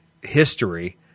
history